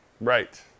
Right